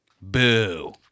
Boo